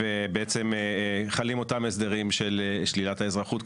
וחלים אותם ההסדרים של שלילת האזרחות,